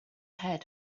head